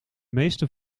meeste